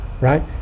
Right